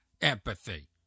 empathy